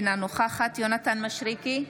אינה נוכחת יונתן מישרקי,